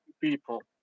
people